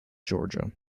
georgia